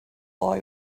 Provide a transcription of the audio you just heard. boy